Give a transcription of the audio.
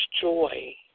joy